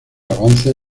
avances